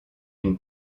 une